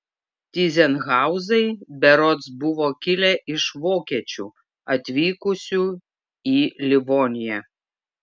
tyzenhauzai berods buvo kilę iš vokiečių atvykusių į livoniją